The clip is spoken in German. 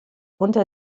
unter